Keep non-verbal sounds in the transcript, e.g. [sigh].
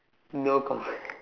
no comment [laughs]